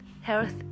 health